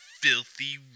filthy